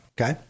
Okay